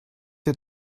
der